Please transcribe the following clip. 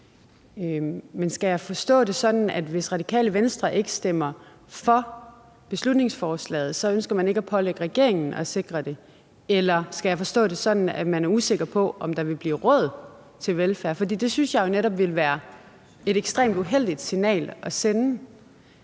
Men skal jeg forstå det sådan, at hvis Radikale Venstre ikke stemmer for beslutningsforslaget, så ønsker man ikke at pålægge regeringen at sikre det? Eller skal jeg forstå det sådan, at man er usikker på, at der vil blive råd til velfærd? For det synes jeg jo netop ville være et ekstremt uheldigt signal at sende.